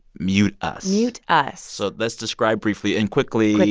mute us mute us so let's describe briefly and quickly.